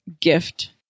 gift